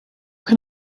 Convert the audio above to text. can